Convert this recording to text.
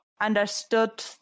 understood